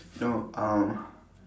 no uh